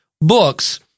books